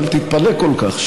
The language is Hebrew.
אל תתפלא כל כך.